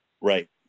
Right